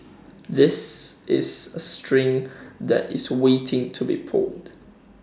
this is A string that is waiting to be pulled